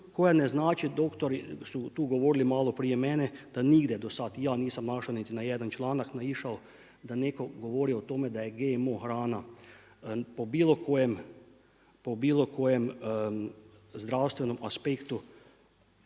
koja ne znači, doktori su tu govorili malo prije mene da nigdje do sad ja nisam naišao na niti jedan članak naišao da netko govori o tome da je GMO hrana po bilo kojem zdravstvenom aspektu